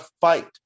fight